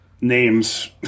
names